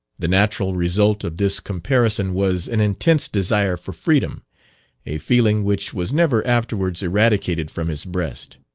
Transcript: the natural result of this comparison was an intense desire for freedom a feeling which was never afterwards eradicated from his breast.